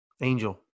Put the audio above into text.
Angel